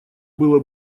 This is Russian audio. было